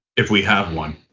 if we have one.